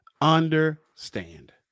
understand